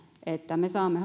että me saamme